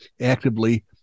actively